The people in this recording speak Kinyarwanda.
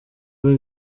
bwe